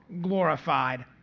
glorified